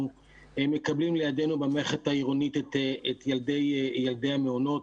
מקבלים לידינו במערכת העירונית את ילדי המעונות,